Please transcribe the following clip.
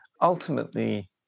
Ultimately